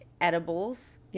edibles